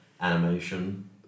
animation